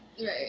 Right